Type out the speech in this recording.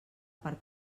part